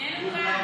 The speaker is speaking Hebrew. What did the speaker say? הסתייגות 11 לא